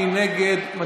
מי נגד?